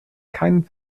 keinen